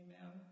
Amen